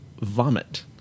vomit